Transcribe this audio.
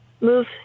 move